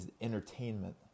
entertainment